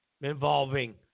involving